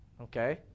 Okay